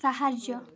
ସାହାଯ୍ୟ